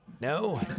No